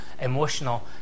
emotional